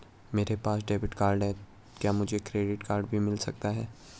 मेरे पास debit card है क्या मुझे क्रेडिट कार्ड भी मिल सकता है?